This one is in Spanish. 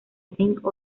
zinc